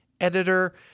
editor